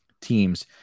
teams